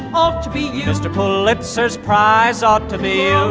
off to be used to pull lip certain price ought to be